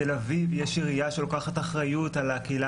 בתל אביב יש עירייה שלוקחת אחריות על הקהילה